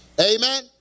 Amen